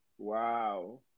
Wow